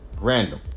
Random